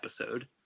episode